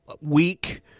week